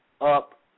up